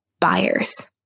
buyers